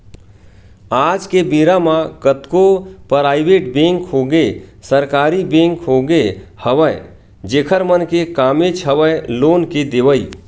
आज के बेरा म कतको पराइवेट बेंक होगे सरकारी बेंक होगे हवय जेखर मन के कामेच हवय लोन के देवई